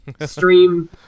stream